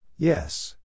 Yes